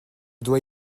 dois